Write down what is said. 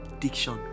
diction